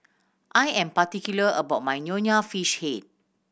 I am particular about my Nonya Fish Head